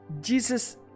jesus